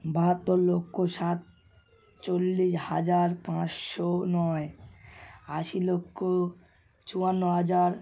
বাহাত্তর লক্ষ সাত চল্লিশ হাজার পাঁচশো নয় আশি লক্ষ চুয়ান্ন হাজার